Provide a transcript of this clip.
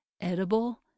edible